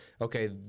okay